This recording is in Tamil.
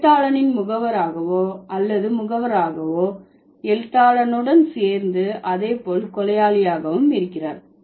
எழுத்தாளனின் முகவராகவோ அல்லது முகவராகவோ எழுத்தாளனுடன் சேர்ந்து அதே போல் கொலையாளியாகவும் இருக்கிறார்